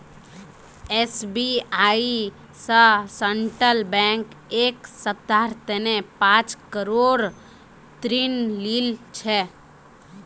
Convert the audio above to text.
SBI स central bank एक सप्ताहर तने पांच करोड़ ऋण लिल छ